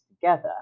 together